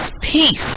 peace